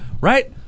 Right